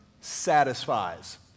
satisfies